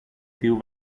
θείου